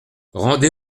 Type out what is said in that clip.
rendez